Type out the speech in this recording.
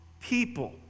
People